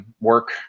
work